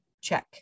check